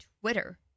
Twitter